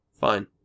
Fine